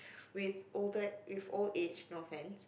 with older with old age for men